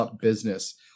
business